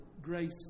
grace